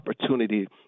opportunity